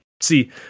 see